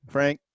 Frank